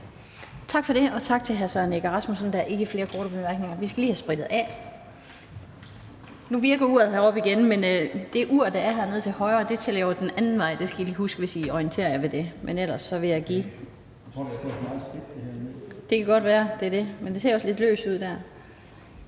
Tak for det, og tak til hr. Søren Egge Rasmussen. Der er ikke flere korte bemærkninger. Vi skal lige have sprittet af. Nu virker uret heroppe igen, men det ur, der er nede til højre, tæller jo den anden vej. Det skal I lige huske, hvis I orienterer jer på det. Tak til ordføreren. Og så skal vi sige velkommen til Det Konservative